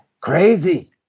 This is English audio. crazy